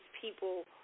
people